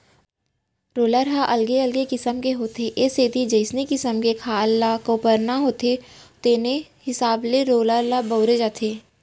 roller ह अलगे अलगे किसम के होथे ए सेती जइसना किसम के खार ल कोपरना होथे तेने हिसाब के रोलर ल बउरे जाथे